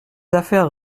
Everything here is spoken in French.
affaires